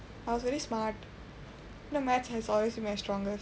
I was very smart you know maths has always been my strongest